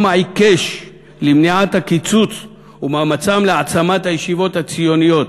העיקש למניעת הקיצוץ ומאמצם להעצמת הישיבות הציונות,